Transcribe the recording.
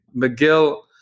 McGill